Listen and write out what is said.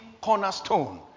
cornerstone